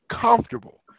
Comfortable